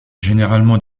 généralement